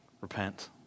Repent